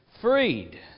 freed